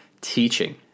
teaching